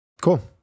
Cool